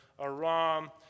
Aram